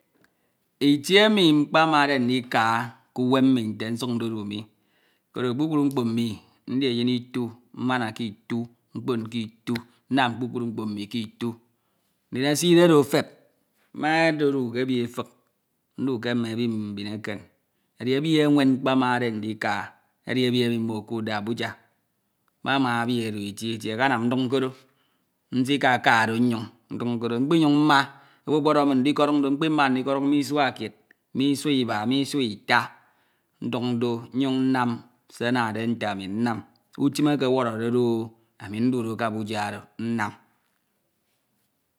itie emi mkpamade ndika k'uwem mmi nte nsu ndodu mi koro kpukpru mkpo mmi. ndi eyin itu. mmana ke itu. mkpom k'itu. nnam kpukpru mkpo mmi kitu. ndim eside oro efep. medodu ke ebi efik. ndu ke ebi mbin eken edi ebi enwen mkpanade ndika edi ebi emi mmo okudde Abuja. mama ebi oro eti eti akamam ndunke do nsikaka do nyon. mkpinyun mma. owu okpodoho min dikodun do mkpimma ndiko dun do. me isua kied me isua iba. me isua ita. ndun do nnyun nnam se anade ete ami nnam. utim eke oworo de do o ami ndude je Abuja oro nnam